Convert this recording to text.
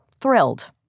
thrilled